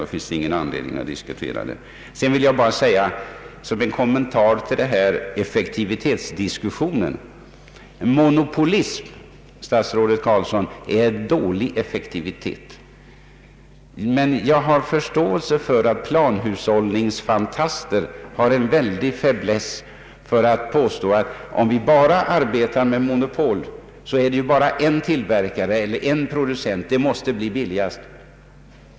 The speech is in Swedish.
Såsom en kommentar till effektivitetsdiskussionen vill jag framhålla att monopolism, statsrådet Carlsson, innebär dålig effektivitet. Planhushållningsfantaster har en väldig faiblesse för att påstå att om man arbetar med bara en producent d.v.s. skapar ett monopol, n. b. ett statsmonopol, så måste det bli billigast.